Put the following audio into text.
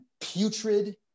putrid